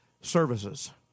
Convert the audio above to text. services